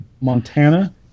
Montana